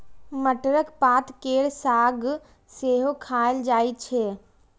मटरक पात केर साग सेहो खाएल जाइ छै